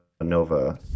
Nova